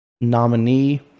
Nominee